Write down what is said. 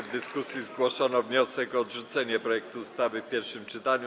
W dyskusji zgłoszono wniosek o odrzucenie projektu ustawy w pierwszym czytaniu.